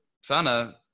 sana